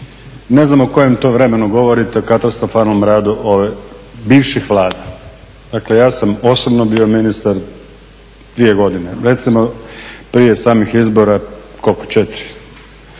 ne znam o kojem to vremenu govorite o katastrofalnom radu bivših Vlada. Dakle, ja sam osobno bio ministar 2 godine. Recimo prije samih izbora koliko 4